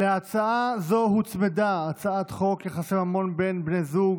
להצעה זו הוצמדה הצעת חוק יחסי ממון בין בני זוג